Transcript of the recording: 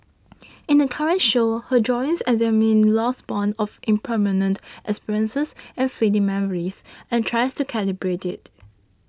in the current show her drawings examine loss borne of impermanent experiences and fleeting memories and tries to calibrate it